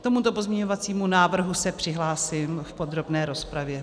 K tomuto pozměňovacímu návrhu se přihlásím v podrobné rozpravě.